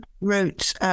wrote